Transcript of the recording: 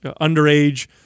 underage